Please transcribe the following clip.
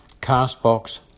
CastBox